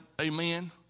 Amen